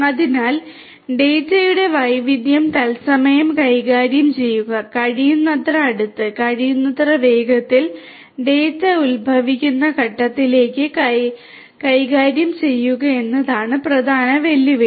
അതിനാൽ ഡാറ്റയുടെ വൈവിധ്യം തത്സമയം കൈകാര്യം ചെയ്യുക കഴിയുന്നത്ര അടുത്ത് കഴിയുന്നത്ര വേഗത്തിൽ ഡാറ്റ ഉത്ഭവിക്കുന്ന ഘട്ടത്തിലേക്ക് കൈകാര്യം ചെയ്യുക എന്നതാണ് പ്രധാന വെല്ലുവിളി